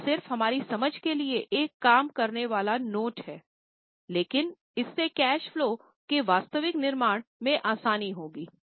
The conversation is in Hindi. यह सिर्फ हमारी समझ के लिए एक काम करने वाला नोट है लेकिन इससे कैश फलो के वास्तविक निर्माण में आसानी होगी